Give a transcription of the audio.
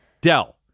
dell